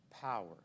power